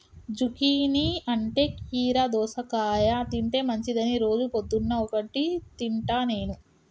zucchini అంటే కీరా దోసకాయ తింటే మంచిదని రోజు పొద్దున్న ఒక్కటి తింటా నేను